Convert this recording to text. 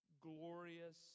glorious